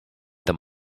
them